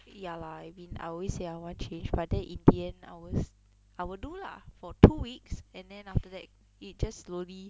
ya lah I mean I always say I want change but then in the end I always I will do lah for two weeks and then after that it just slowly